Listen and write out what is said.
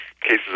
cases